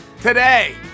today